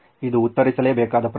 ಇದು ಉತ್ತರಿಸಲೇಬೇಕಾದ ಪ್ರಶ್ನೆ